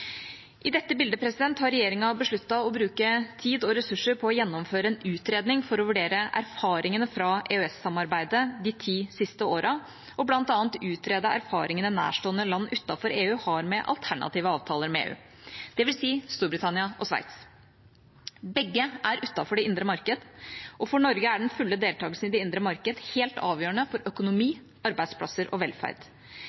I dette bildet har regjeringa besluttet å bruke tid og ressurser på å gjennomføre en utredning for å vurdere erfaringene fra EØS-samarbeidet de ti siste årene og bl.a. utrede erfaringene nærstående land utenfor EU har med alternative avtaler med EU – det vil si Storbritannia og Sveits. Begge er utenfor det indre marked, og for Norge er den fulle deltakelse i det indre marked helt avgjørende for økonomi,